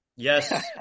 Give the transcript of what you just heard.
Yes